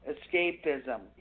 Escapism